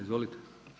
Izvolite.